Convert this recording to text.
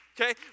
Okay